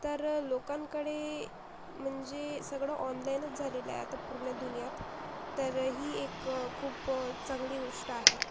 तर लोकांकडे म्हणजे सगळं ऑनलाईनच झालेलं आहे आता पूर्ण दुनियात तर ही एक खूप चांगली गोष्ट आहे